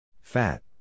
Fat